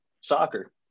Soccer